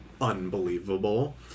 unbelievable